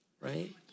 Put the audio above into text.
Right